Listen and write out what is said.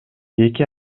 эки